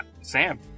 Sam